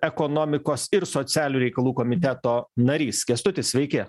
ekonomikos ir socialių reikalų komiteto narys kęstuti sveiki